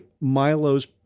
Milo's